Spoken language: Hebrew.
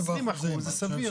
20% זה סביר.